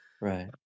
Right